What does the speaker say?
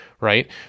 Right